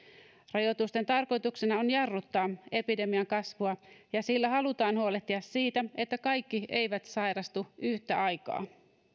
rajoitusten tarkoituksena on jarruttaa epidemian kasvua ja sillä halutaan huolehtia siitä että kaikki eivät sairastu yhtä aikaa